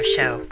Show